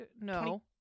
No